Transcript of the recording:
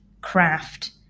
craft